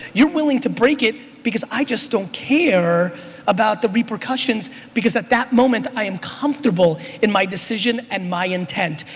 you're willing to break it because i just don't care about the repercussions because at that moment i am comfortable in my decision and my intent.